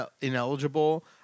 ineligible